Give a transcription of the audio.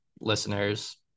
listeners